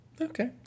Okay